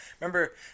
Remember